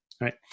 right